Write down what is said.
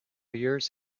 years